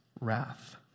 wrath